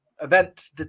event